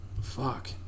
Fuck